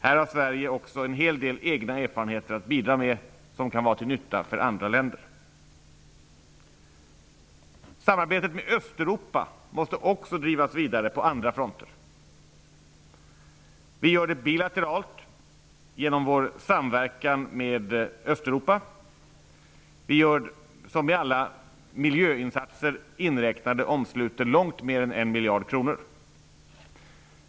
Här har Sverige också en hel del egna erfarenheter att bidra med som kan vara till nytta för andra länder. Samarbetet med Östeuropa måste också drivas vidare på andra fronter. Vi gör det bilateralt genom vår samverkan med Östeuropa som med alla miljöinsatser inräknade omsluter långt mer än 1 miljard kronor.